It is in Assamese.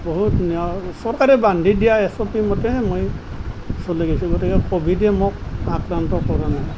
বহুত চৰকাৰে বান্ধি দিয়া এছঅ'পি মতে চলি গৈছোঁ গতিকে কোভিডে মোক আক্ৰান্ত কৰা নাই